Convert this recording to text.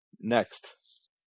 next